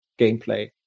gameplay